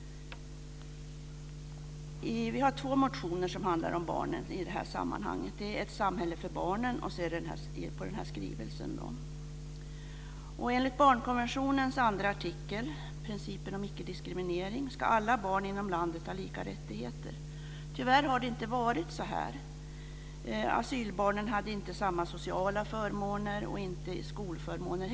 Vi har två motioner som handlar om barnen i det här sammanhanget. Det är Ett samhälle för barnen och så är det en med anledning av den här skrivelsen. Enligt barnkonventionens andra artikel, principen om ickediskriminering, ska alla barn inom landet ha lika rättigheter. Tyvärr har det inte varit så. Asylbarnen hade inte samma sociala förmåner och inte heller samma skolförmåner.